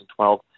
2012